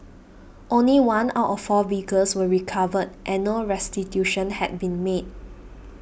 only one out of four vehicles were recovered and no restitution had been made